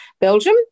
Belgium